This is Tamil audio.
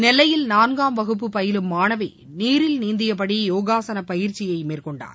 நெல்லையில் நான்காம் வகுப்பு பயிலும் மாணவி நீரில் நீந்தியபடி யோகாசன பயிற்சியை மேற்கொண்டார்